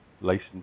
license